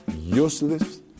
useless